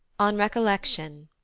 on recollection.